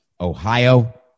Ohio